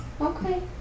Okay